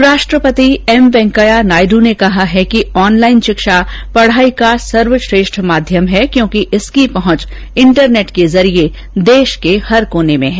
उपराष्ट्रपति एम वैंकेया नायडू ने कहा है कि ऑनलाइन शिक्षा पढ़ाई का सर्वश्रेष्ठ माध्यम है क्योंकि इसकी पहुंच इंटरनेट के जरिए देश के हर कोने में है